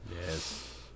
Yes